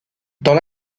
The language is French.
dans